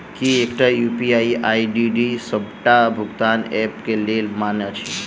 की एकटा UPI ID D सबटा भुगतान ऐप केँ लेल मान्य अछि?